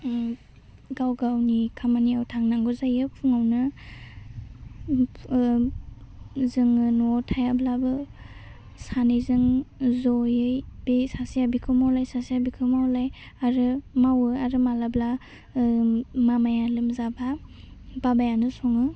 ओम गाव गावनि खामानियाव थांनांगौ जायो फुङावनो ओह जोङो न'आव थायाब्लाबो सानैजों ज'यै बे सासे बेखौ मावलाय सासे बेखौ मावलाय आरो मावो आरो मालाब्ला ओह मामाया लोमजाबा बाबायानो सङो